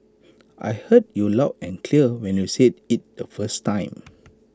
I heard you loud and clear when you said IT the first time